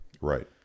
right